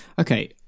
Okay